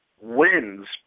wins